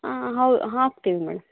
ಆಂ ಹೌ ಹಾಕ್ತೀವಿ ಮೇಡಂ